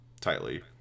tightly